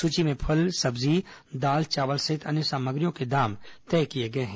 सूची में फल सब्जी दाल चावल सहित अन्य सामग्रियों के दाम तय किए गए हैं